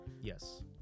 Yes